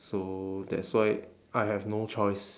so that's why I have no choice